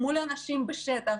עומדת מול אנשים בשטח,